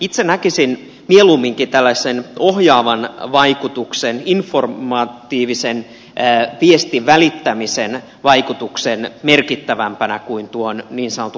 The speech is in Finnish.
itse näkisin mieluumminkin tällaisen ohjaavan vaikutuksen informatiivisen viestin välittämisen vaikutuksen merkittävämpänä kuin tuon niin sanotun haittaveron